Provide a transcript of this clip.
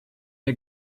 der